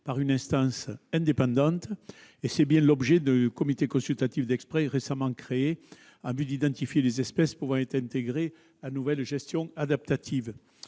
par une instance indépendante. C'est bien l'objet du comité consultatif d'experts récemment créé en vue d'identifier les espèces pouvant être intégrées à la nouvelle gestion adaptative.